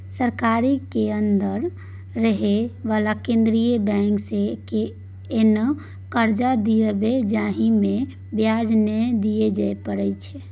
सरकारी केर अंदर रहे बला केंद्रीय बैंक सँ एहेन कर्जा दियाएब जाहिमे ब्याज नै दिए परतै